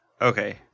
Okay